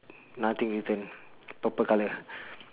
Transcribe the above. nothing written purple colour